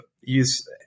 use